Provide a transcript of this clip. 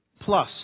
plus